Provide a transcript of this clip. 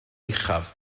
uchaf